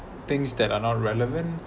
things that are not relevant